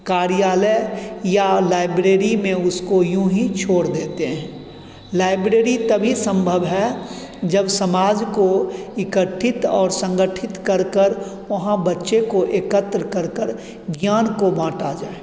कार्यालय या लाइब्रेरी में उसको यूँ ही छोड़ देते हैं लाइब्रेरी तभी संभव है जब समाज को एकत्रित और संगठित कर कर वहाँ बच्चों को एकत्र कर कर ज्ञान को बाँटा जाए